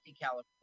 California